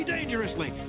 Dangerously